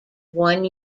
one